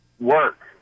work